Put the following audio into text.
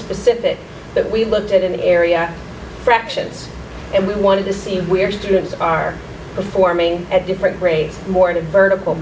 specific that we looked at an area fractions and we wanted to see where students are performing at different grades more to verbal